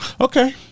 Okay